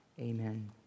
Amen